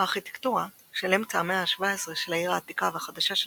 הארכיטקטורה של אמצע המאה ה-17 של העיר העתיקה והחדשה של